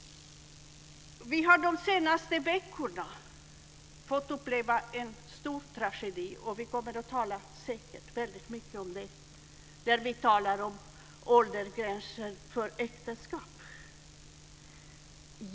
Vi har de senaste veckorna fått uppleva en stor tragedi. Vi kommer säkert att tala mycket om detta i samband med att vi ska diskutera åldersgränser för äktenskap.